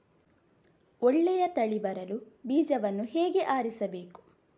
ಒಳ್ಳೆಯ ತಳಿ ಬರಲು ಬೀಜವನ್ನು ಹೇಗೆ ಆರಿಸಬೇಕು?